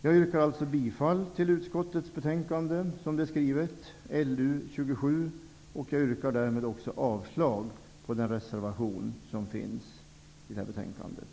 Jag yrkar alltså bifall till hemställan i utskottets betänkande LU27, och jag yrkar därmed också avslag på reservationen till det här betänkandet.